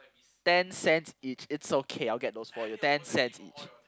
ten cents each it's okay I'll get those for you ten cents each